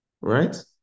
right